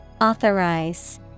Authorize